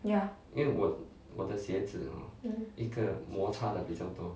ya mmhmm